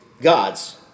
God's